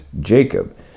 Jacob